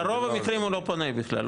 ברוב המקרים הוא לא פונה בכלל,